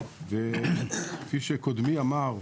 וכפי שקודמי אמר,